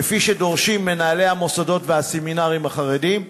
כפי שדורשים מנהלי המוסדות והסמינרים החרדיים?